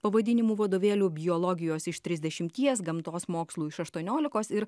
pavadinimų vadovėlių biologijos iš trisdešimties gamtos mokslų iš aštuoniolikos ir